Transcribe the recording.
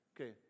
Okay